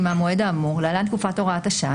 מהמועד האמור (להלן הדין הפלילי תקופת הוראת השעה),